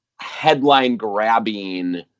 headline-grabbing